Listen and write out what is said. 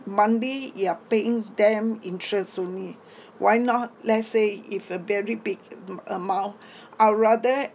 monthly you are paying them interest only why not let's say if a very big a~ amount I'll rather